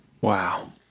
Wow